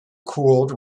cooled